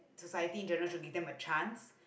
society in general should give them a chance